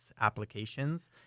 applications